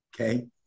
okay